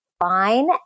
fine